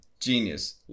Genius